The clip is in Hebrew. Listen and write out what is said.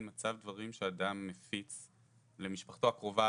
מצב דברים שאדם מפיץ למשפחתו הקרובה,